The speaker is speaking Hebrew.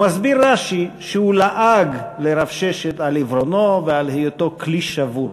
מסביר רש"י שהוא לעג לרב ששת על עיוורונו ועל היותו כלי שבור.